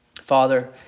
Father